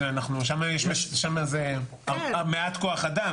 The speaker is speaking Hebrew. שם זה מעט כוח אדם,